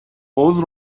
حوض